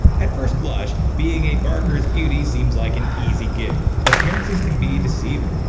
at first blush, being a barker's beauty seems like an easy gig, but appearances can be deceiving.